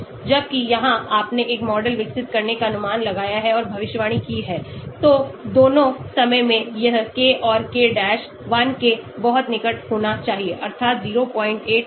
जबकि यहां आपने एक मॉडल विकसित करने का अनुमान लगाया है और भविष्यवाणी की हैतो दोनों समय में यह k और k डैश 1 के बहुत निकट होना चाहिए अर्थात 085 से 115 के बीच